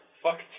Fuck